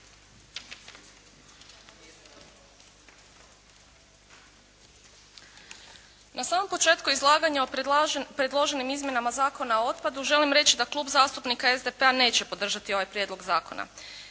Na samom početku izlaganja o predloženim izmjenama Zakona o otpadu želim reći da Klub zastupnika SDP-a neće podržati ovaj prijedlog zakona.